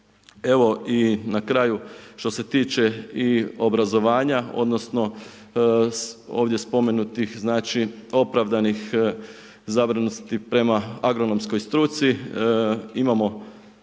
Evo i na kraju što se tiče i obrazovanja, odnosno ovdje spomenutih opravdanih zabrinutosti prema agronomskoj struci, imamo